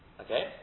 Okay